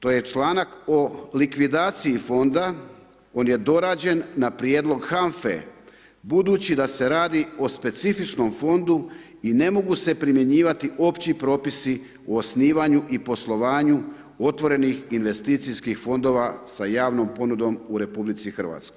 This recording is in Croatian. To je članak u likvidaciji fonda, on je dorađen na prijedlog HANFA-e, budući da se radi o specifičnom fondu i ne mogu se primjenjivati o opći propisi u osnivanju i poslovanju otvorenih investicijskih fondova sa javnom ponudom u RH.